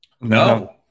No